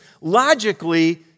logically